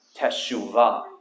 Teshuvah